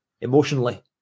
emotionally